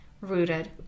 rooted